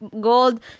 gold